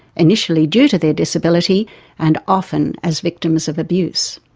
initially due to their disability and often as victims of abuse.